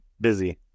Busy